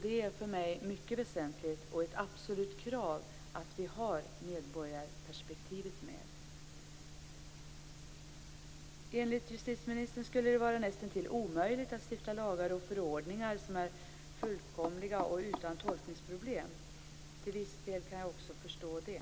Det är för mig mycket väsentligt och ett absolut krav att vi har medborgarperspektivet med. Enligt justitieministern skulle det vara nästintill omöjligt att stifta lagar och förordningar som är fullkomliga och utan tolkningsproblem. Till viss del kan jag också förstå det.